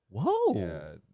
whoa